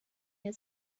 nie